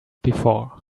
before